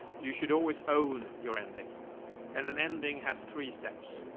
you should always own your ending and an ending has three steps.